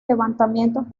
levantamientos